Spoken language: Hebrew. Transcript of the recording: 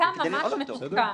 אתה ממש מתוחכם.